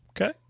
Okay